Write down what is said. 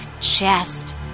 chest